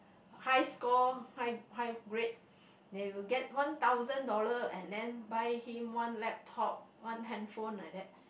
high score high high grade they will get one thousand dollar and then buy him one laptop one handphone like that